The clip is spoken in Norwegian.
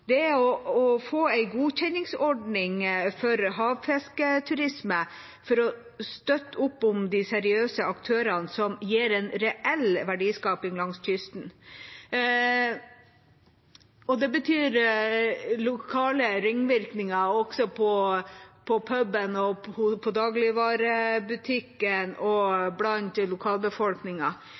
på plass, er å få en godkjenningsordning for havfisketurisme, for å støtte opp om de seriøse aktørene som gir en reell verdiskaping langs kysten. Det betyr lokale ringvirkninger også for puben, dagligvarebutikken og